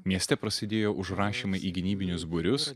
mieste prasidėjo užrašymai į gynybinius būrius